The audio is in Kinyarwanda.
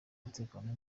umutekano